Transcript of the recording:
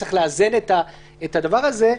צריך לאזן את דבר הזה.